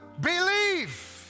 believe